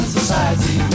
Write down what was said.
Society